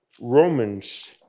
Romans